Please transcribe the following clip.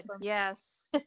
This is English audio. Yes